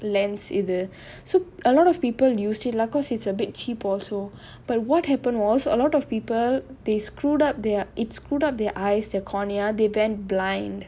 lens இது:idhu so a lot of people used it lah because it's a bit cheap also but what happened was a lot of people they screwed up their it screwed up their eyes the cornea they went blind